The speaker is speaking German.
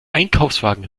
einkaufswagen